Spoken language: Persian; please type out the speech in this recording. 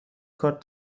کارت